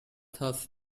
thus